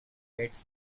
get